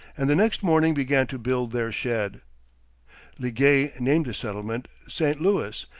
and the next morning began to build their shed. liguest named the settlement st. louis,